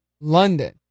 London